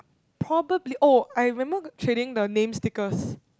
probably oh I remember trading the name stickers